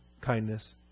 kindness